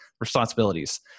responsibilities